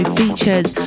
features